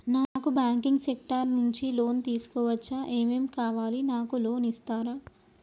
నాకు banking sector నుంచి loan తీసుకోవచ్చా? ఏమేం కావాలి? నాకు లోన్ ఇస్తారా?